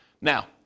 Now